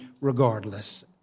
regardless